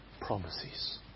promises